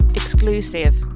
exclusive